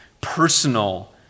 personal